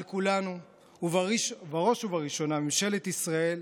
על כולנו, ובראש ובראשונה על ממשלת ישראל,